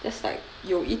that's like 有一